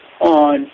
on